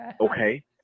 Okay